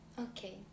Okay